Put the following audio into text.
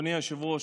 אדוני היושב-ראש,